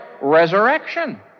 resurrection